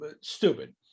stupid